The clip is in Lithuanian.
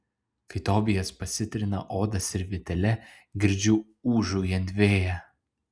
kai tobijas pasitrina odą servetėle girdžiu ūžaujant vėją